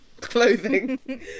clothing